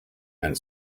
and